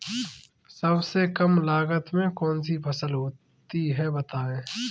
सबसे कम लागत में कौन सी फसल होती है बताएँ?